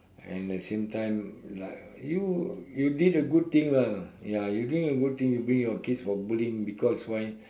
and at the same time like you you did a good thing lah ya you doing a good thing you bring your kids for bowling because why